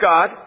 God